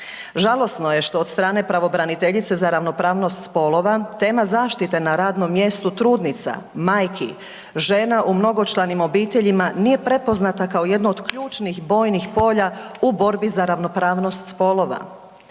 Žalosno je što od strane pravobraniteljice za ravnopravnost spolova tema zaštite na radnom mjestu trudnica, majki, žene u mnogočlanim obiteljima nije prepoznata kao jedno od ključnih bojnih polja u borbi za ravnopravnost spolova.